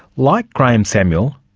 like graeme samuel,